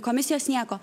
komisijos nieko